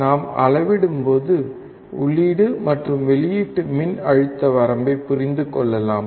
நாம் அளவிடும்போது உள்ளீடு மற்றும் வெளியீட்டு மின்னழுத்த வரம்பைப் புரிந்து கொள்ளலாம்